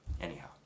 Anyhow